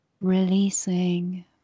releasing